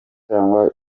cyangwa